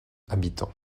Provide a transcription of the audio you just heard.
habitants